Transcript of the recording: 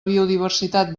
biodiversitat